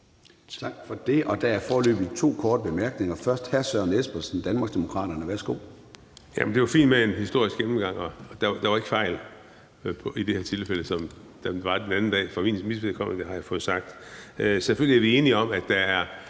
Tak for det. Der er foreløbig to korte bemærkninger. Først er det hr. Søren Espersen, Danmarksdemokraterne. Værsgo. Kl. 10:21 Søren Espersen (DD): Jamen det er jo fint med en historisk gennemgang, og der var ikke fejl i det her tilfælde, som der var den anden dag for mit vedkommende. Det har jeg fået sagt. Selvfølgelig er vi enige om, at der er